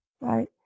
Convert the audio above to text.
right